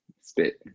spit